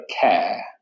care